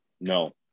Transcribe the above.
No